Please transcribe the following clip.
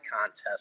Contest